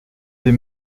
des